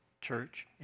church